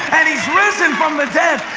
and he has risen from the dead,